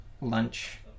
lunch